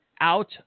out